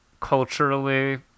culturally